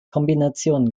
kombination